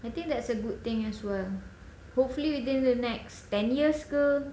I think that's a good thing as well hopefully within the next ten years ke